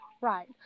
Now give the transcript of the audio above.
right